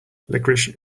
licorice